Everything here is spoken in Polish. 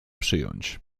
przyjąć